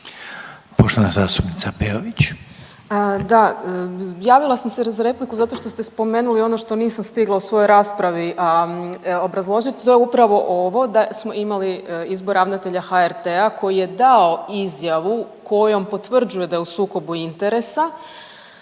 **Peović, Katarina (RF)** Da, javila sam se za repliku zato što ste spomenuli ono što nisam stigla u svojoj raspravi obrazložiti, a to je upravo ovo da smo imali izbor ravnatelja HRT-a koji je dao izjavu kojom potvrđuje da je u sukobu interesa